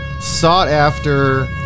sought-after